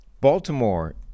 Baltimore